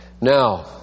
Now